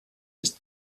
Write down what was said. ist